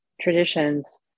traditions